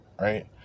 right